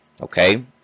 Okay